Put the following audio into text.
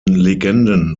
legenden